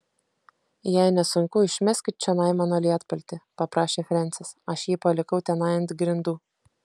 jei nesunku išmeskit čionai mano lietpaltį paprašė frensis aš jį palikau tenai ant grindų